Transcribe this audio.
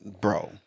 Bro